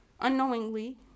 unknowingly